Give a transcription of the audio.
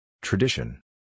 Tradition